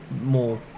more